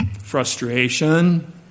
Frustration